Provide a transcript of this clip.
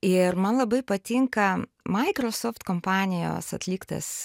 ir man labai patinka microsoft kompanijos atliktas